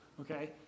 okay